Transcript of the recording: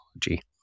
technology